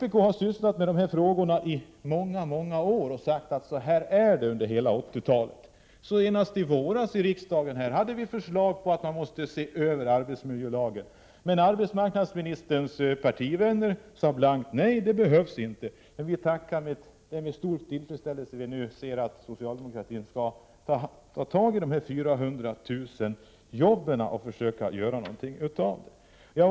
Vpk har sysslat med de här frågorna i många år och under hela 1980-talet påtalat förhållandena. Senast i våras ställdes i här i riksdagen förslag om att man skulle se över arbetsmiljölagen, men arbetsmarknadsministerns partivänner sade blankt nej: Det behövs inte! Det är därför med stor tillfredsställelse vi nu ser att socialdemokratin vill försöka förbättra arbetsmiljön på de 400 000 jobb där den är sämst.